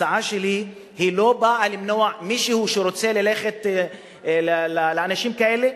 ההצעה שלי לא באה למנוע ממישהו שרוצה ללכת לאנשים כאלה,